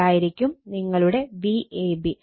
ഇതായിരിക്കും നിങ്ങളുടെ Vab